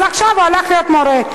אז עכשיו הוא הלך להיות מורה.